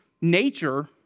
nature